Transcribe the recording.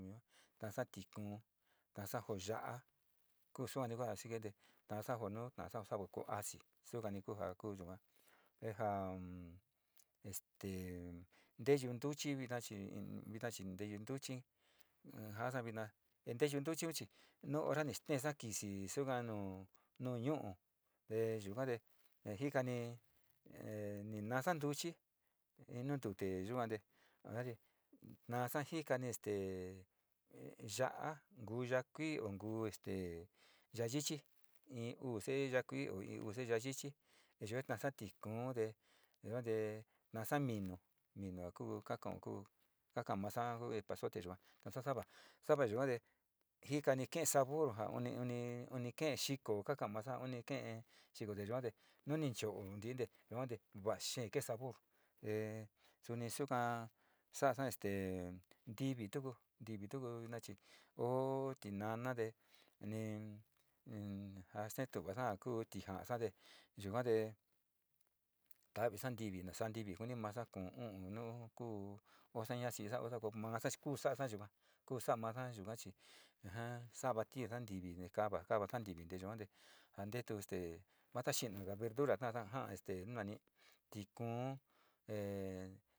Tasa tikuu, tasa jo ya'a kusuani kua siki te tasa jo nu savo ko'o asi sukani ku ja ku yuka, te ja este nteyu ntuchi vina chi vina chi, leyu ntuchi ja'ada viina nteyu ntuchi chi nu ora ni stee na kisi suga nu ñu'u te yuka te jitani ste te ya'a ngu ya'a kui, ngu este ya'a yichi i uu saáyo ya'a katasa tikuu yichi katasa tiku te te yuate ntasa minu, minu ja kuu kakao ku kaka'a masa ku epazote yua sava saver yua te jitkanr kip sabor ja uní unp uni kee xifo kakóó masa uni kele xfo te yuaré nunip choo-tiii te va'a. Xee ke sabor te suni suka sa'asa este ntivitu ku, ntivi tu chi oo nanade uni jaa ste tu'uvada ku tija'asate yuka te ta'avisa ntiup nasa'a ntivi kui masa, kuu, u'un nu kuu osaña koo masachi kuu sa'asa yuka ku'u sa'a masa yuka chi jajo tu stee mu kaxina verdura kasa ja te nunani, tikuu.